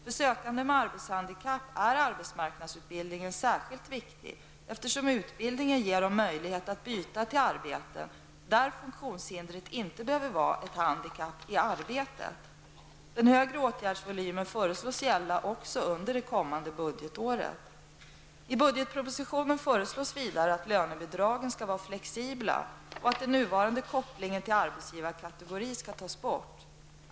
För sökande med arbetshandikapp är arbetsmarknadsutbildningen särskilt viktig, eftersom utbildningen ger dem möjlighet att byta till arbeten där funktionshindret inte behöver vara ett handikapp i arbetet. Den högre åtgärdsvolymen föreslås gälla också under det kommande budgetåret. I budgetpropositionen föreslås vidare att lönebidragen skall vara flexibla och att den nuvarande kopplingen till arbetsgivarkategori skall tas bort.